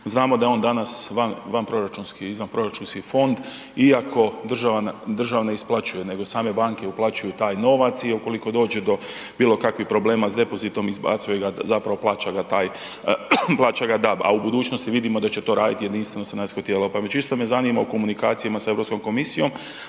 vanproračunski, izvanproračunski fond iako država ne isplaćuje, nego same banke uplaćuju taj novac i ukoliko dođe do bilo kakvih problema s depozitom izbacuje ga, zapravo plaća ga taj, plaća ga DAB, a u budućnosti vidimo da će to raditi jedinstveno sanacijsko tijelo. Pa me, čisto me zanima u komunikacijama s Europskom komisijom,